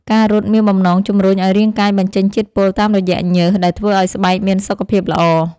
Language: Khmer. ការរត់មានបំណងជម្រុញឱ្យរាងកាយបញ្ចេញជាតិពុលតាមរយៈញើស ដែលធ្វើឱ្យស្បែកមានសុខភាពល្អ។